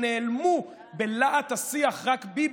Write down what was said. שנעלמו בלהט השיח של "רק ביבי",